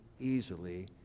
easily